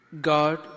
God